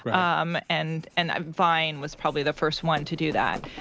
um and and vine was probably the first one to do that.